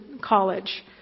college